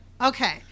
Okay